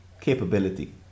capability